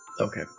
Okay